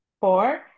four